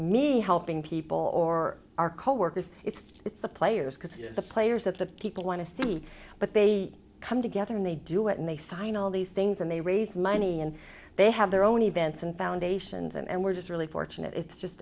me helping people or our coworkers it's it's the players because the players that the people want to see but they come together and they do it and they sign all these things and they raise money and they have their own events and foundations and we're just really fortunate it's just